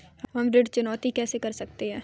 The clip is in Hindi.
हम ऋण चुकौती कैसे कर सकते हैं?